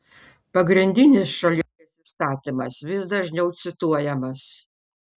pagrindinis šalies įstatymas vis dažniau cituojamas